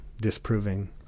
disproving